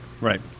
Right